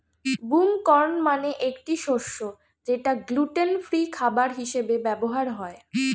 broom corn মানে একটি শস্য যেটা গ্লুটেন ফ্রি খাবার হিসেবে ব্যবহার হয়